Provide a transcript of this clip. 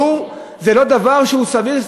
נו, זה לא דבר סביר?